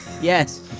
Yes